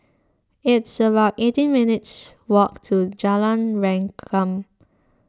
it's about eighteen minutes' walk to Jalan Rengkam